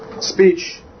speech